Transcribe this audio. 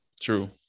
True